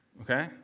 Okay